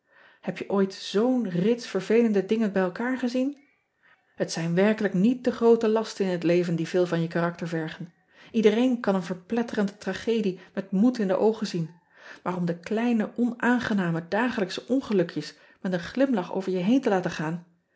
eb je ooit zoo n rits vervelende dingen bij elkaar gezien et zijn werkelijk niet de groote lasten in het leven die veel van je karakter vergen edereen kan een verpletterende tragedie met moed in de oogen zien maar om de kleine onaangename dagelijksche ongelukjes met een glimlach over je heen te laten gaan